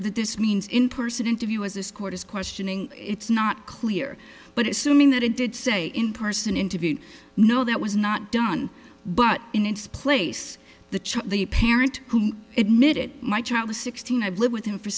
that this means in person interview as this court is questioning it's not clear but it soon mean that it did say in person interview no that was not done but in its place the child the parent who admitted my child was sixteen i've lived with him for